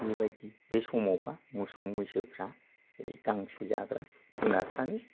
बेबादि बे समावबा मोसौ मैसोफ्रा बे गांसो जाग्रा जुनारफ्रानो